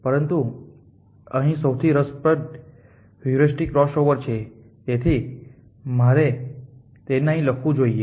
પરંતુ અહીં સૌથી રસપ્રદ હ્યુરિસ્ટિક ક્રોસઓવર છે તેથી મારે તેને અહીં લખવું જોઈએ